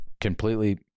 completely